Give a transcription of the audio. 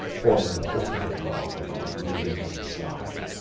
hauling a forty-foot log along a rudely made slide.